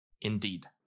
indeed